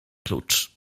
klucz